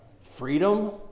freedom